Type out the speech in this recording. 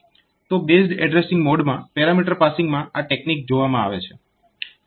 તો based addressing મોડમાં parameter પાસિંગમાં આ ટેકનીક જોવામાં આવે છે